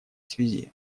связи